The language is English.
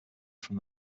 from